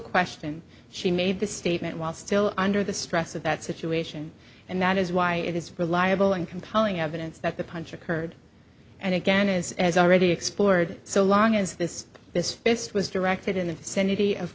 question she made the statement while still under the stress of that situation and that is why it is reliable and compelling evidence that the punch occurred and again as has already explored so long as this this this was directed in the vicinity of